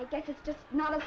i guess it's just not